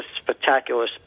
spectacular